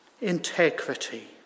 integrity